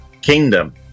Kingdom